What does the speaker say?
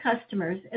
customers